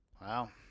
Wow